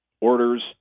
orders